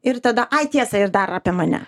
ir tada ai tiesa ir dar apie mane